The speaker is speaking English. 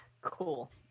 Cool